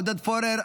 עודד פורר,